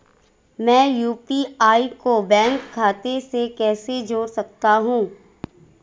मैं यू.पी.आई को बैंक खाते से कैसे जोड़ सकता हूँ?